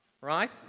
right